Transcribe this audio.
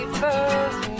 first